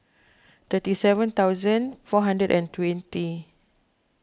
thirty seven thousand four hundred and twenty